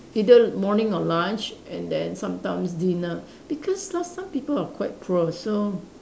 either morning or lunch and then sometimes dinner because last time people are quite poor so